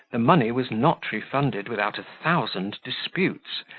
the money was not refunded without a thousand disputes,